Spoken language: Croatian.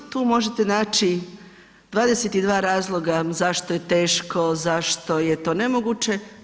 Tu možete naći 22 razloga zašto je teško, zašto je to nemoguće.